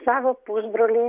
savo pusbrolį